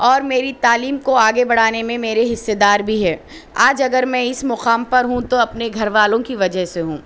اور میری تعلیم کو آگے بڑھانے میں میرے حصہ دار بھی ہے آج اگر میں اس مقام پر ہوں تو اپنے گھر والوں کی وجہ سے ہوں